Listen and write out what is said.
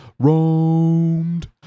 Roamed